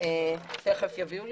זה הכל בתהליך.